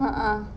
a'ah